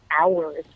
hours